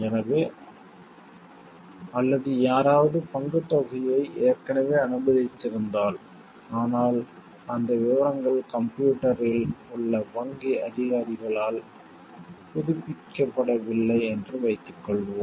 எனவே அல்லது யாராவது பங்குத் தொகையை ஏற்கனவே அனுமதித்திருந்தால் ஆனால் அந்த விவரங்கள் கம்ப்யூட்டர்யில் உள்ள வங்கி அதிகாரிகளால் புதுப்பிக்கப்படவில்லை என்று வைத்துக்கொள்வோம்